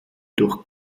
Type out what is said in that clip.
durch